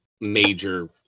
major